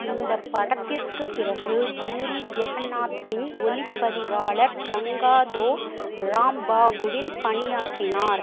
இந்த படத்திற்குப் பிறகு பூரி ஜெகன்நாத்தின் ஒளிப்பதிவாளர் கங்காதோ ராம்பாபுவில் பணியாற்றினார்